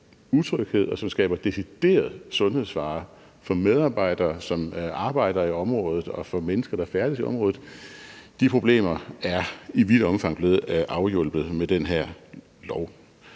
og som skaber decideret sundhedsfare for medarbejdere, som arbejder i området, og for mennesker, der færdes i området, er i vidt omfang blevet afhjulpet med den her lov.